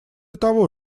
того